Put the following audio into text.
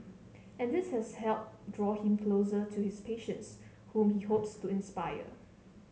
and this has helped draw him closer to his patients whom he hopes to inspire